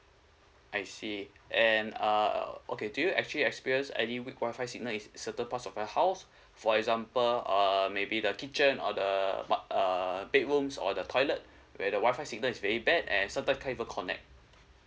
I see and uh okay do you actually experience any weak Wi-Fi signal in certain parts of your house for example uh maybe the kitchen or the but uh bedrooms or the toilet where the Wi-Fi signal is very bad and sometimes can't even connect